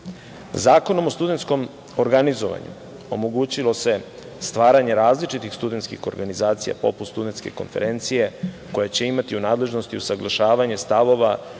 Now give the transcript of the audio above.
o studentskom organizovanju omogućilo se stvaranje različitih studenskih organizacija, poput Studenske konferencije koja će imati u nadležnosti usaglašavanje stavova,